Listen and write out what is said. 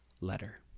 Letter